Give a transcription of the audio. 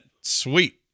Sweet